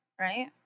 right